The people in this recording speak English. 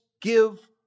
give